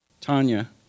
Tanya